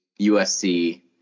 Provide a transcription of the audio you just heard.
USC